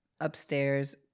upstairs